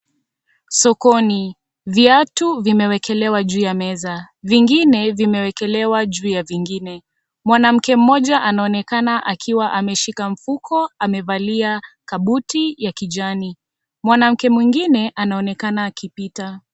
Sokoni, viatu vimewekelewa juu ya meza, vingine vimewekelewa juu ya vingine, mwanamke moja anaoneka akiwa ameshika mfuko amevalia kabuti ya kijani, mwanamke mwingine anaonekana akipita.